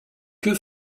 que